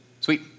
Sweet